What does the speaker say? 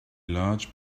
large